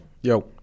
Yo